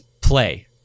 play